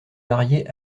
marié